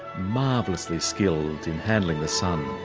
marvellously skilled in handling the sun.